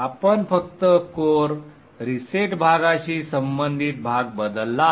आपण फक्त core reset भागाशी संबंधित भाग बदलला आहे